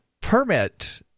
permit